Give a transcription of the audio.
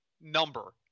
number